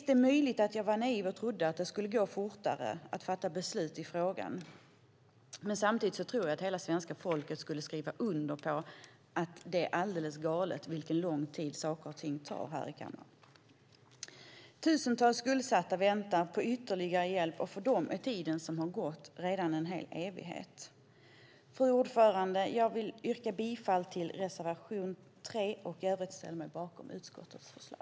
Det är möjligt att jag var naiv som trodde att det skulle gå fortare att fatta beslut i frågan, men samtidigt tror jag att hela svenska folket skulle skriva under på att det är alldeles galet hur lång tid saker och ting tar här. Tusentals skuldsatta väntar på ytterligare hjälp, och för dem är tiden som gått redan en hel evighet. Fru talman! Jag yrkar bifall till reservation 3, och i övrigt ställer jag mig bakom utskottets förslag.